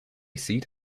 seat